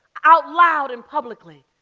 out loud and publicly.